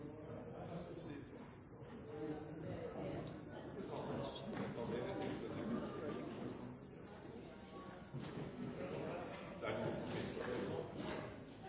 som det er lite oppmerksomhet omkring. Det